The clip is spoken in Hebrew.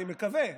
אני מקווה,